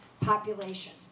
population